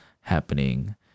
happening